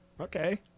Okay